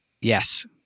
Yes